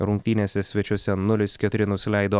rungtynėse svečiuose nulis keturi nusileido